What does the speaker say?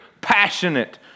passionate